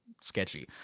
sketchy